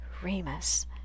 Remus